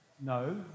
No